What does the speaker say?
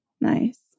Nice